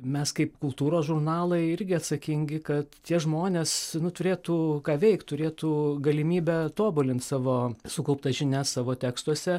mes kaip kultūros žurnalai irgi atsakingi kad tie žmonės nu turėtų ką veikt turėtų galimybę tobulint savo sukauptas žinias savo tekstuose